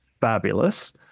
fabulous